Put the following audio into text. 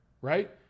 right